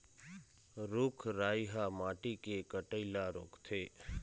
रूख राई ह माटी के कटई ल रोकथे